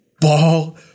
ball